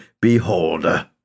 behold